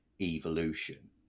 evolution